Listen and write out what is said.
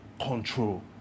control